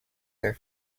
their